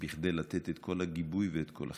כדי לתת את כל הגיבוי ואת כל החיבוק.